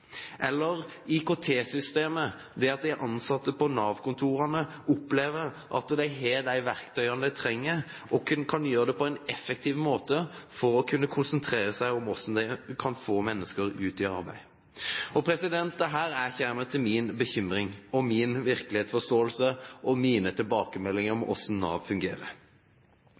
Eller IKT-systemet: det at de ansatte på Nav-kontorene opplever at man har de verktøyene man trenger, og gjør dette på en effektiv måte, for å kunne konsentrere seg om hvordan man kan få mennesker ut i arbeid. Det er her jeg kommer til min bekymring, min virkelighetsforståelse og mine tilbakemeldinger om hvordan Nav fungerer.